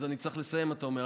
אז אני צריך לסיים, אתה אומר.